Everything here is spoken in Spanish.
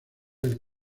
del